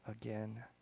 again